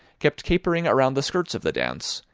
kept capering around the skirts of the dance,